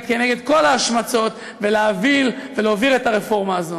כנגד כל ההשמצות ולהוביל את הרפורמה הזאת.